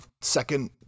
second